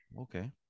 okay